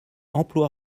emploi